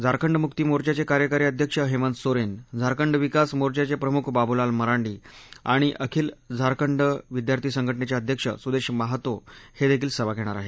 झारखंडमुक्ती मोर्चाचे कार्यकारी अध्यक्ष हेमंत सोरेन झारखंड विकास मोर्चाचे प्रमुख बाबुलाल मरांडी आणि अखिल झारखंड विद्यार्थी संघटनेचे अध्यक्ष सुदेश महातो हेदेखील सभा घेणार आहेत